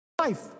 Life